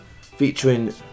featuring